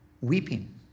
Weeping